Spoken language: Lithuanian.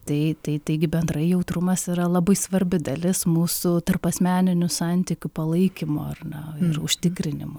tai tai taigi bendrai jautrumas yra labai svarbi dalis mūsų tarpasmeninių santykių palaikymo ar na ir užtikrinimo